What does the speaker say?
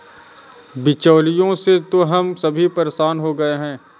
बिचौलियों से तो हम सभी परेशान हो गए हैं